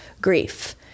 grief